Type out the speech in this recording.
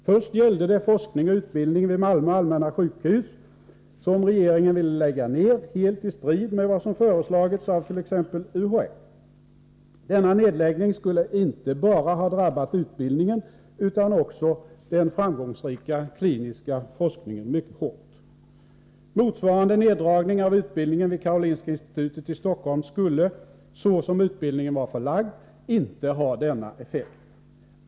Först gällde det forskning och utbildning vid Malmö allmänna sjukhus, som regeringen ville lägga ned helt i strid med vad som föreslagits av t.ex. UHÄ. Denna nedläggning skulle inte bara ha drabbat utbildningen mycket hårt utan också den framgångsrika kliniska forskningen. Motsvarande neddragning av utbildningen vid Karolinska institutet i Stockholm skulle, såsom utbildningen var förlagd, inte ha denna effekt.